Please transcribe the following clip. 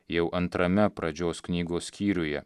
jau antrame pradžios knygos skyriuje